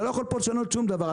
אתה לא יכול פה לשנות שום דבר.